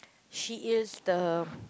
she is the